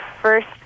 first